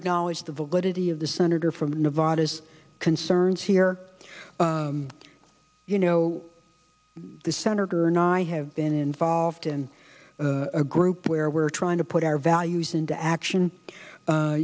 acknowledge the validity of the senator from nevada concerns here you know the senator know i have been involved in a group where we're trying to put our values into action